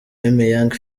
aubameyang